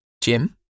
Jim